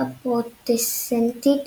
הפרוטסטנטית